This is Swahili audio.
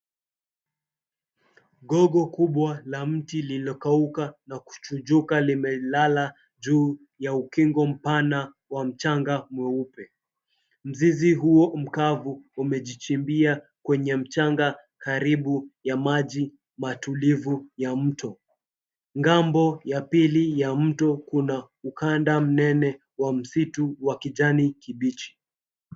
Gogo kubwa la mti lilokauka na kuchujuka limelala juu ya ukingo mpana wa mchanga mweupe. Mzizi huo mkavu umejichimbia kwenye mchanga karibu ya maji matulivu ya mto. Ng'ambo ya pili ya mto kuna ukanda mnene wa msitu wa kijani kibichi.